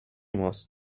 ماست